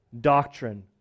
Doctrine